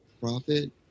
profit